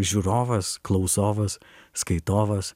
žiūrovas klausovas skaitovas